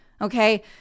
okay